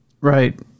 Right